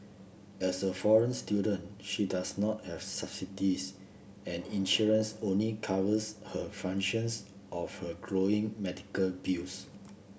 as a foreign student she does not have subsidies and insurance only covers a fractions of her growing medical bills